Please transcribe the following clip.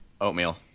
Oatmeal